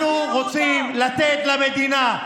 אנחנו רוצים לתת למדינה,